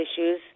issues